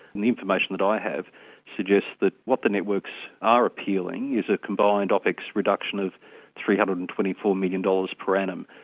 and the information that i have suggests that what the networks are appealing is a combined opex reduction of three hundred and twenty four million dollars per annum,